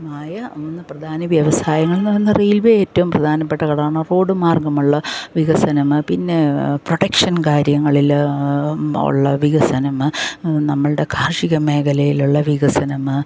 ആയ മൂന്ന് പ്രധാന വ്യവസായങ്ങൾ എന്ന് പറഞ്ഞാൽ റെയിൽവേ ഏറ്റവും പ്രധാനപ്പെട്ട ഘടകമാണ് റോഡ് മാർഗമുള്ള വികസനം മ് പിന്നെ പ്രൊടക്ഷൻ കാര്യങ്ങളിൽ ഉള്ള വികസനം നമ്മളുടെ കാർഷിക മേഖലയിലുള്ള വികസനം